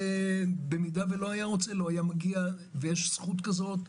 ואם לא היה רוצה, לא היה מגיע, ויש זכות כזו.